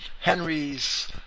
Henry's